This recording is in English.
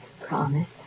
Promise